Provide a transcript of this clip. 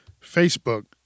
Facebook